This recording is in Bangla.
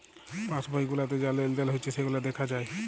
পাস বই গুলাতে যা লেলদেল হচ্যে সেগুলা দ্যাখা যায়